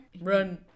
Run